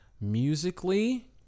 Musically